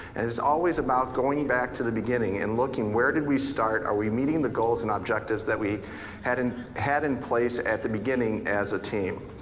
always about going back to the beginning and looking where did we start? are we meeting the goals and objectives that we had in had in place at the beginning as a team?